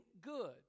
good